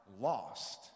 lost